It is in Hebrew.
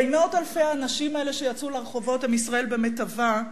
הרי מאות אלפי האנשים האלה שיצאו לרחובות הם ישראל במיטבה,